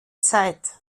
zeit